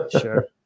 sure